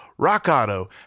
RockAuto